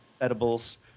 Edibles